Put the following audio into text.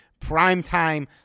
Primetime